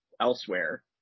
elsewhere